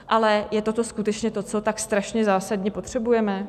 Ale je toto skutečně to, co tak strašně zásadně potřebujeme?